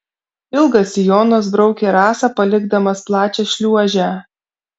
ilgas sijonas braukė rasą palikdamas plačią šliuožę